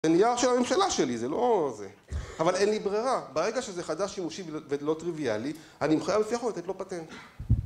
זה נייר של הממשלה שלי זה לא זה אבל אין לי ברירה ברגע שזה חדש שימושי ולא טריוויאלי אני מחוייב לפי חוק לתת לו פטנט